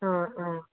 ആ ആ